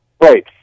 Right